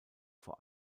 vor